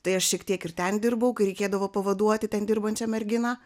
tai aš šiek tiek ir ten dirbau kai reikėdavo pavaduoti ten dirbančią merginą